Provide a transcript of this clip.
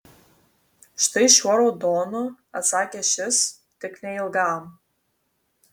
štai šiuo raudonu atsakė šis tik neilgam